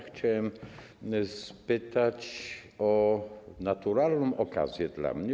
Chciałem spytać o naturalną okazję dla mnie.